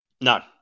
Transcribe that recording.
no